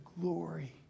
glory